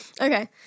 Okay